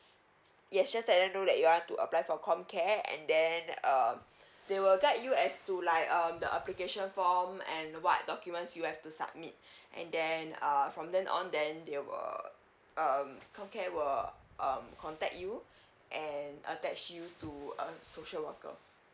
yes just let them know that you want to apply for comcare and then um they will guide you as to like um the application form and what documents you have to submit and then uh from then on then they will um comcare will um contact you and attach you to a social worker